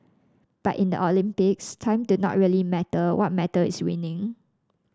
but in the Olympics time do not really matter what matter is winning